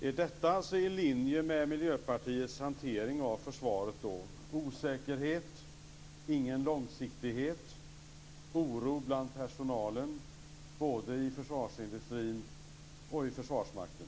Är det i linje med Miljöpartiets hantering av försvaret att det skall råda osäkerhet, ingen långsiktighet och oro bland personalen både i försvarsindustrin och i Försvarsmakten?